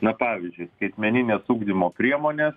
na pavyzdžiui skaitmeninės ugdymo priemonės